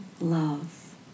love